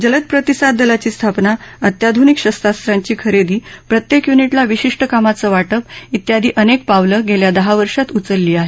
जलद प्रतिसाद दलाची स्थापना अत्याधुनिक शस्त्रास्त्रांची खरेदी प्रत्येक युनिटला विशिष्ट कामाचं वाटप ा ियादी अनेक पावलं गेल्या दहा वर्षात उचलली आहेत